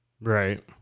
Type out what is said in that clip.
Right